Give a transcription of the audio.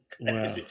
wow